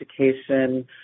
education